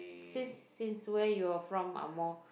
since since where you are from Ang-Mo